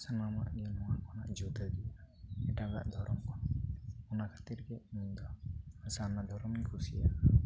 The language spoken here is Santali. ᱥᱟᱱᱟᱢᱟᱜᱮ ᱱᱚᱣᱟ ᱠᱷᱚᱱᱟᱜ ᱡᱚᱛᱚ ᱦᱚᱲᱟᱜ ᱜᱮᱭᱟ ᱮᱴᱟᱜᱟᱜ ᱫᱷᱚᱨᱚᱢ ᱠᱚᱦᱚᱸ ᱚᱟᱱ ᱠᱷᱟᱹᱛᱤᱨᱜᱮ ᱢᱮᱱᱫᱚ ᱥᱟᱨᱱᱟ ᱫᱷᱚᱨᱚᱢᱤᱧ ᱠᱩᱥᱤᱭᱟᱜᱼᱟ